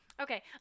Okay